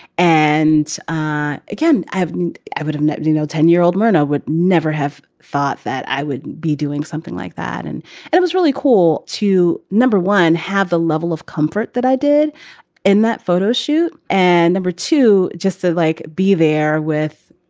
and ah again, i have i would have netted, you know, ten year old myrna would never have thought that i would be doing something like that. and and it was really cool to, number one, have the level of comfort that i did in that photo shoot. and number two, just to like be there with,